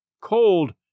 cold